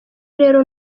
rero